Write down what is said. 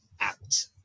out